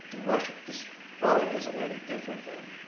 worship, this probably isn't any different than